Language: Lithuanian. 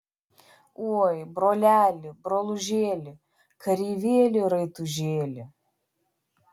oi broleli brolužėli kareivėli raitužėli